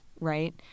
right